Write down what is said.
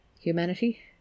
humanity